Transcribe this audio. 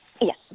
Yes